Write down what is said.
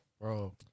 Bro